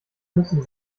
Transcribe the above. müssen